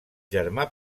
germà